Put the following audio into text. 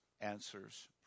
answers